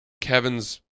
Kevin's